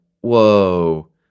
whoa